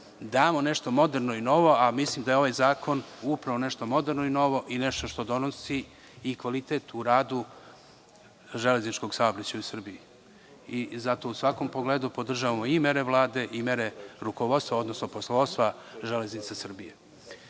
damo nešto moderno i novo, a mislim da je ovaj zakon upravo nešto moderno i novo i nešto što donosi i kvalitet u radu železničkog saobraćaja u Srbiji. Zato u svakom pogledu podržavamo i mere Vlade i mere rukovodstva, odnosno poslovodstva „Železnica Srbije“.Kada